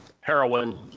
heroin